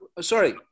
Sorry